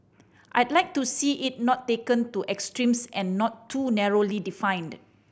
I'd like to see it not taken to extremes and not too narrowly defined